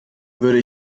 würde